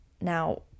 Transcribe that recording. Now